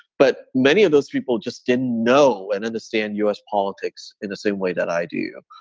but many of those people just didn't know and understand us politics in the same way that i do.